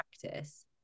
practice